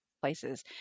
places